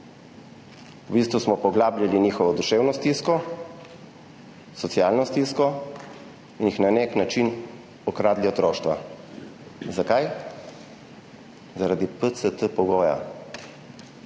V bistvu smo poglabljali njihovo duševno stisko, socialno stisko in jih na nek način okradli otroštva. Zakaj? Zaradi pogoja